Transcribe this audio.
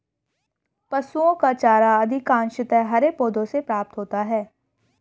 पशुओं का चारा अधिकांशतः हरे पौधों से प्राप्त होता है